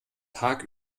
tag